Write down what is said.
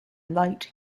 light